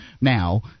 now